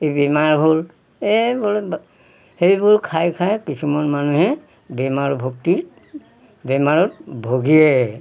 এই বেমাৰ হ'ল এইবোলে সেইবোৰ খাই খাই কিছুমান মানুহে বেমাৰ বেমাৰত ভোগে